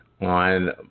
on